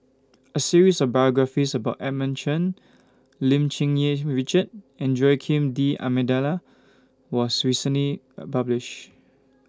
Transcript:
A series of biographies about Edmund Chen Lim Cherng Yih Richard and Joaquim D'almeida was recently A published